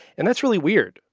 and that's really weird.